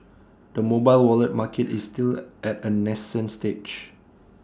the mobile wallet market is still at A nascent stage